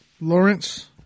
Lawrence